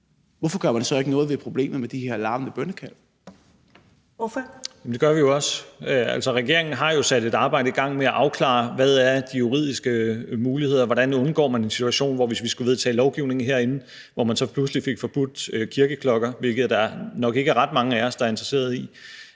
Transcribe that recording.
næstformand (Karen Ellemann): Ordføreren. Kl. 11:06 Rasmus Stoklund (S): Jamen det gør vi også. Altså, regeringen har jo sat et arbejde i gang med at afklare, hvad de juridiske muligheder er, og hvordan vi undgår en situation, hvor vi, hvis vi skulle vedtage lovgivning herinde, pludselig fik forbudt kirkeklokker, hvilket der nok ikke er ret mange af os, der er interesserede i,